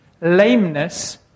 Lameness